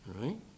Right